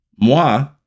moi